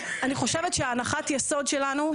אני חושבת שהנחת היסוד שלנו,